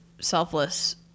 selfless